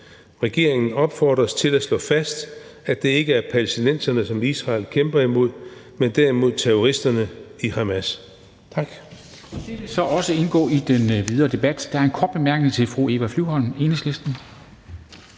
Regeringen opfordres til at slå fast, at det ikke er palæstinenserne, som Israel kæmper imod, men derimod terroristerne i Hamas.«